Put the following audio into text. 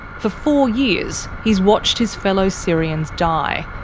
for four years, he's watched his fellow syrians die,